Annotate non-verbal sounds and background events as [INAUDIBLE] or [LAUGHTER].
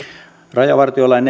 rajavartiolain [UNINTELLIGIBLE]